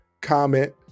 comment